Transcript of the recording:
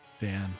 Dan